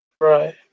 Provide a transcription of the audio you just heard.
Right